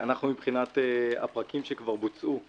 מבחינת הפרקים שבוצעו כבר,